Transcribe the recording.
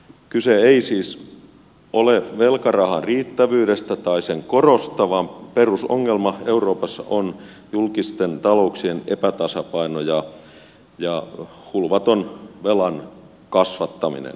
kyse ei siis ole velkarahan riittävyydestä tai sen korosta vaan perusongelma euroopassa on julkisten talouksien epätasapaino ja hulvaton velan kasvattaminen